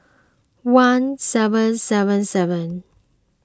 one seven seven seven